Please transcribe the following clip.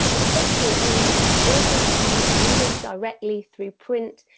but essentially it means ah authors can reach readers directly through print,